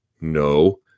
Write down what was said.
No